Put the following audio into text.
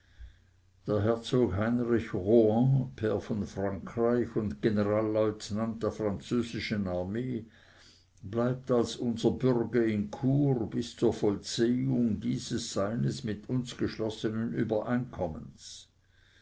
der herzog heinrich rohan pair von frankreich und generallieutenant der französischen armee bleibt als unser bürge in chur bis zur vollziehung dieses seines mit uns geschlossenen